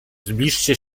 zbliżcie